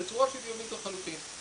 בצורה שוויונית לחלוטין.